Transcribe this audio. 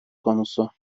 konusu